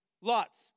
Lots